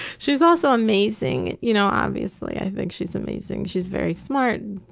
she's also amazing, you know, obviously i think she's amazing, she's very smart,